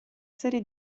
serie